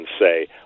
say